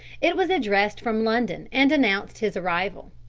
it was addressed from london and announced his arrival.